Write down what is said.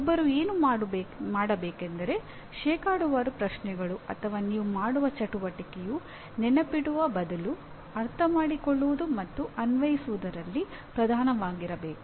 ಒಬ್ಬರು ಏನು ಮಾಡಬೇಕೆಂದರೆ ಶೇಕಡಾವಾರು ಪ್ರಶ್ನೆಗಳು ಅಥವಾ ನೀವು ಮಾಡುವ ಚಟುವಟಿಕೆಯು ನೆನಪಿಡುವ ಬದಲು ಅರ್ಥಮಾಡಿಕೊಳ್ಳುವುದು ಮತ್ತು ಅನ್ವಯಿಸುವುದರಲ್ಲಿ ಪ್ರಧಾನವಾಗಿರಬೇಕು